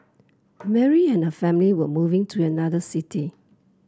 Mary and family were moving to another city